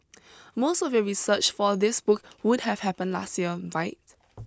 most of your research for this book would have happened last year right